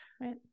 Right